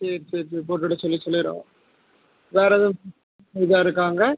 சரி சரி சரி போட்டுவிட சொல்லி சொல்லிடுறோம் வேறு எதுவும் இதாக இருக்கா அங்கே